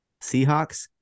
Seahawks